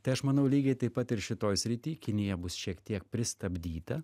tai aš manau lygiai taip pat ir šitoj srity kinija bus šiek tiek pristabdyta